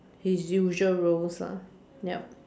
his usual roles ah yup